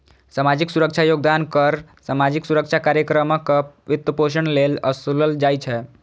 सामाजिक सुरक्षा योगदान कर सामाजिक सुरक्षा कार्यक्रमक वित्तपोषण लेल ओसूलल जाइ छै